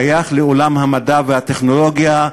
שייך לעולם המדע והטכנולוגיה,